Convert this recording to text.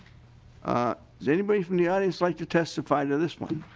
ah is anybody from the audience like to testify to this one?